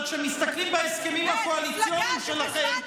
אבל כשמסתכלים בהסכמים הקואליציוניים שלכם,